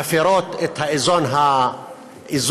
מפירות את האיזון האקולוגי,